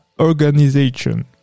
organization